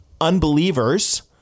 unbelievers